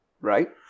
Right